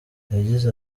yagize